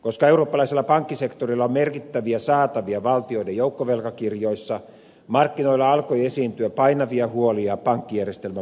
koska eurooppalaisella pankkisektorilla on merkittäviä saatavia valtioiden joukkovelkakirjoissa markkinoilla alkoi esiintyä painavia huolia pankkijärjestelmän vakavaraisuudesta